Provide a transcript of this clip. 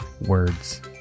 words